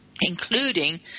including